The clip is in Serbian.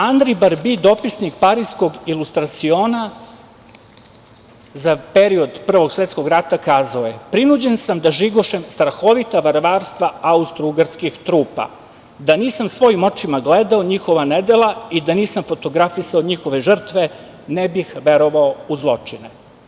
Andri Barbi, dopisnik pariskog „Ilustrasiona“, za period Prvog svetskog rata, kazao je - prinuđen sam da žigošem strahovita varvarstva austrougarskih trupa, da nisam svojim očima gledao njihova nedela i da nisam fotografisao njihove žrtve, ne bih verovao u zločine.